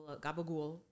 gabagool